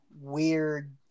weird